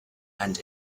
and